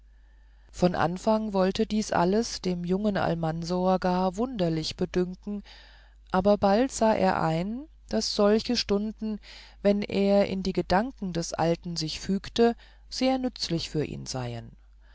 von anfang wollte dies alles dem jungen almansor gar verwunderlich bedünken aber bald sah er ein daß solche stunden wenn er in die gedanken des alten sich fügte sehr nützlich für ihn seien